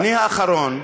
אני האחרון,